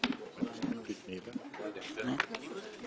קודם כל תודה,